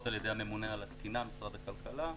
על-ידי הממונה על התקינה במשרד הכלכלה.